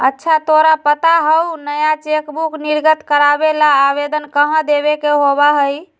अच्छा तोरा पता हाउ नया चेकबुक निर्गत करावे ला आवेदन कहाँ देवे के होबा हई?